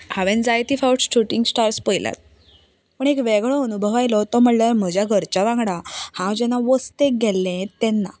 हांवें जायते फावट शुटिंग स्टार्स पळयल्यात पूण एक वेगळो अनुभव आयलो तो म्हणल्यार म्हज्या घरच्यां वांगडा हांव जेन्ना वस्तेक गेल्लें तेन्ना